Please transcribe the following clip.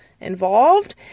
involved